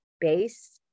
base